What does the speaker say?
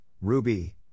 ruby